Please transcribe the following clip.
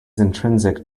intrinsic